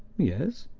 yes?